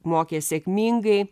mokė sėkmingai